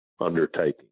undertaking